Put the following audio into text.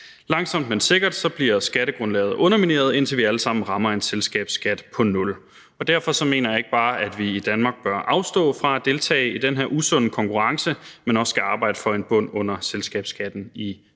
Langsomt, men sikkert, bliver skattegrundlaget undermineret, indtil vi alle sammen rammer en selskabsskat på nul, og derfor mener jeg ikke bare, at vi i Danmark bør afstå fra at deltage i den her usunde konkurrence, men også skal arbejde for en bund under selskabsskatten i EU,